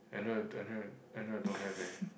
I know it I know it I know I don't have eh